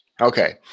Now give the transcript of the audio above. Okay